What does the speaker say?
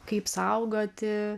kaip saugoti